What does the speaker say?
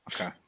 Okay